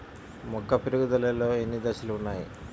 మొక్క పెరుగుదలలో ఎన్ని దశలు వున్నాయి?